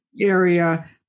area